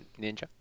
Ninja